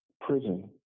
prison